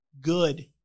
good